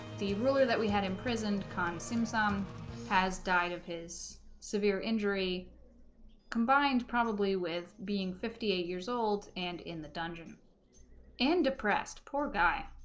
the ruler that we had imprisoned consume some has died of his severe injury combined probably with being fifty eight years old and in the dungeon and depressed poor guy